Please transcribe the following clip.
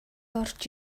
орж